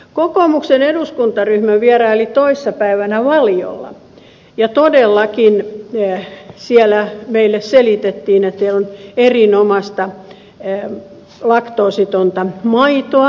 kokoomuksen eduskuntaryhmä vieraili toissapäivänä valiolla ja todellakin siellä meille selitettiin että heillä on erinomaista laktoositonta maitoa